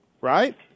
Right